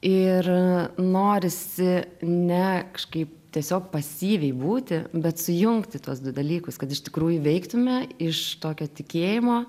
ir norisi ne kažkaip tiesiog pasyviai būti bet sujungti tuos du dalykus kad iš tikrųjų veiktume iš tokio tikėjimo